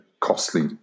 costly